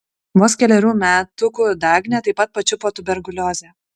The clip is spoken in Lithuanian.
vos kelerių metukų dagnę taip pat pačiupo tuberkuliozė